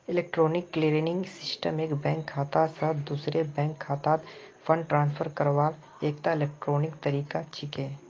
electronic clearing system एक bank खाता स दूसरे बैंक खातात फंड ट्रांसफर करवार एकता इलेक्ट्रॉनिक तरीका छिके